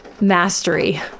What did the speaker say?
mastery